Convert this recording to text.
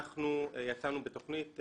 אנחנו יצאנו בתוכנית,